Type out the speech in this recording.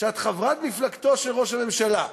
שאת חברת מפלגתו של ראש הממשלה,